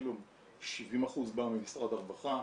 אפילו 70% בא ממשרד הרווחה.